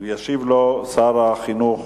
וישיב לו שר החינוך